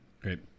Great